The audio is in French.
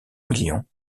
million